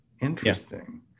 Interesting